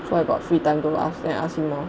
so I got free time go ask go and ask him lor